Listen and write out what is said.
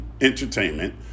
entertainment